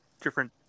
different